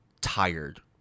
tired